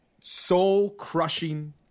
soul-crushing